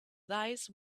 thighs